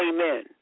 Amen